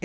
it